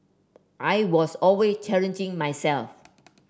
I was always challenging myself